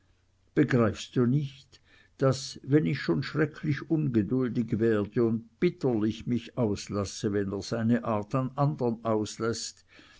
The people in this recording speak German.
begreifst du nicht daß wenn ich schon schrecklich ungeduldig werde und bitterlich mich auslasse wenn er seine art an andern ausläßt